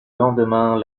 lendemain